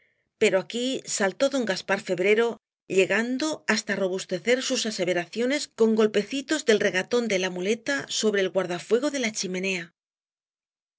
pero aquí saltó don gaspar febrero llegando hasta robustecer sus aseveraciones con golpecitos del regatón de la muleta sobre el guardafuego de la chimenea